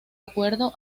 acuerdo